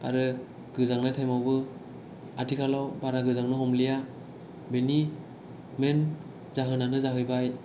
आरो गोजांनाय टाइमावबो आथिखालाव बारा गोजांनो हमलिया बेनि मेन जाहोनानो जाहैबाय